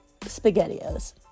SpaghettiOs